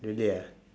really ah